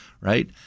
right